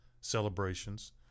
celebrations